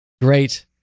Great